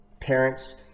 parents